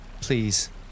Please